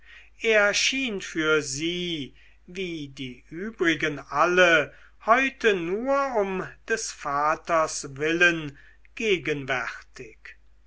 er schien für sie wie die übrigen alle heute nur um des vaters willen gegenwärtig